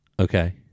Okay